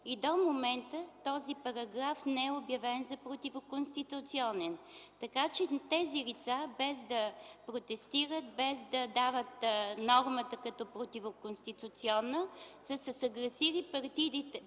И до момента този параграф не е обявен за противоконституционен. Така че тези лица, без да протестират, без да дават нормата като противоконституционна, са се съгласили парите